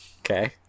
Okay